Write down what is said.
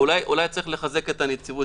אולי צריך לחזק את הנציבות.